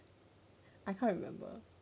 I kind of remember